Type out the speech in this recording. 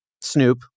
Snoop